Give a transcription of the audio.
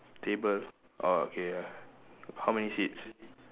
table orh okay ya how many seats